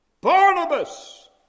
Barnabas